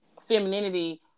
femininity